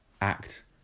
act